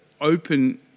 open